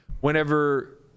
whenever